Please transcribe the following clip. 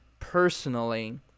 personally